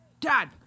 dad